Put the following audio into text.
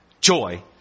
joy